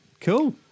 cool